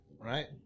right